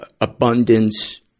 abundance